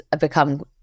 become